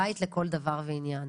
בית לכל דבר ועניין.